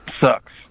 sucks